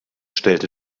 stellte